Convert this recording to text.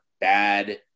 bad